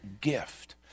gift